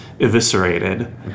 eviscerated